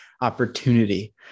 opportunity